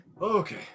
Okay